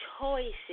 choices